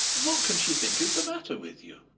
what can she think is the matter with you?